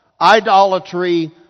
idolatry